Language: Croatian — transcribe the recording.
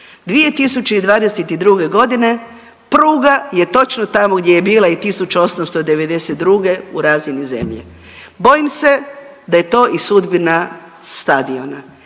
2022.g. pruga je točno tamo gdje je bila i 1892.g. u razini zemlje. Bojim se da je to i sudbina stadiona.